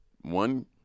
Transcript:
one